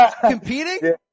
Competing